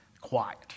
quiet